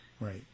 Right